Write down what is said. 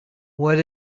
what